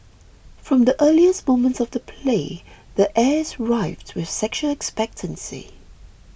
from the earliest moments of the play the air is rife with sexual expectancy